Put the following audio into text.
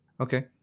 Okay